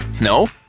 No